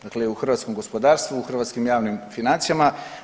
Dakle i u hrvatskom gospodarstvu, u hrvatskim javnim financijama.